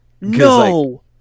no